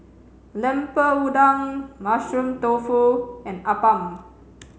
lemper Udang Mushroom Tofu and Appam